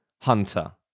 Hunter